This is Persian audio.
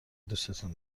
دوستون